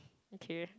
okay